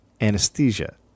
anesthesia